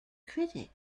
critic